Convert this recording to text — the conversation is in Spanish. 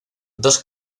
dos